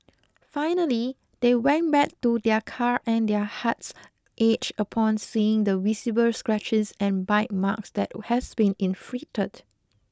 finally they went back to their car and their hearts aged upon seeing the visible scratches and bite marks that has been inflicted